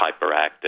hyperactive